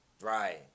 right